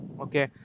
Okay